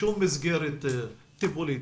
בשום מסגרת טיפולית,